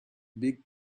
big